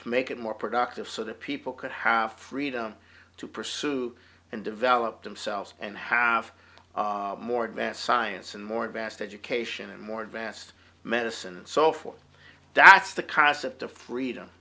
to make it more productive so that people could have freedom to pursue and develop themselves and have more advanced science and more advanced education and more advanced medicine and so forth that's the concept of freedom